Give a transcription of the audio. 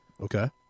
Okay